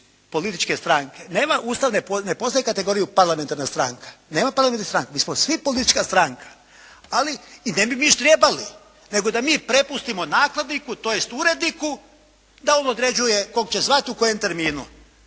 političke stranke. Ustav ne poznaje kategoriju parlamentarna stranka. Nema parlamentarne stranke, mi smo svi politička stranka ali i ne bi mi ždrijebali nego da mi prepustimo nakladniku tj. uredniku da on određuje kog će zvati u kojem terminu